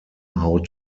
how